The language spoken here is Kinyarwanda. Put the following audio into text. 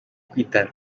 kwita